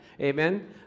Amen